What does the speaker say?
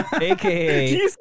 aka